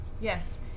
Yes